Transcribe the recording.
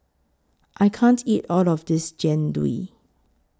I can't eat All of This Jian Dui